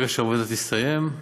ברגע שהעבודה תסתיים,